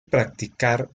practicar